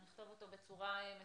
אנחנו נכתוב אותו בצורה מסודרת,